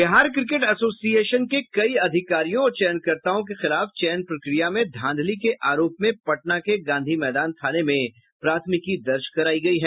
Bihar cricket association के कई अधिकारियों और चयनकर्ताओं के खिलाफ चयन प्रक्रिया में धांधली के आरोप में पटना के गांधी मैदान थाने में प्राथमिकी दर्ज करायी गयी है